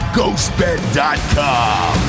GhostBed.com